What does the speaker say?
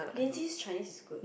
Linsy's Chinese is good